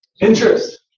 Interest